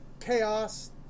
Chaos